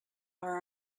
are